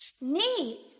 Neat